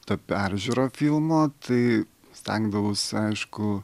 ta peržiūra filmo tai stengdavausi aišku